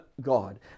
God